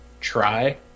try